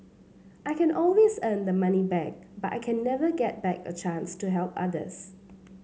I can always earn the money back but I can never get back a chance to help others